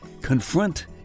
confront